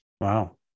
wow